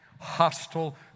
hostile